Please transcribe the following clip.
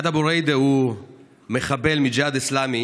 איאד אבו רידה הוא מחבל מהג'יהאד האסלאמי